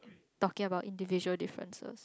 talking about individual differences